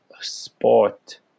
sport